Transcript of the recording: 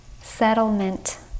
settlement